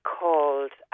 called